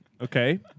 Okay